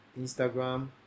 Instagram